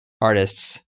artists